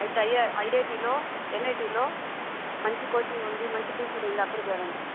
అయితే ఐఆర్ ఐఐటీలో ఎన్ఐటీలో మంచి కోచింగ్ ఉంది మంచి టీచింగ్ ఉంది అక్కడ చేరండి